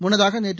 முன்னதாக நேற்று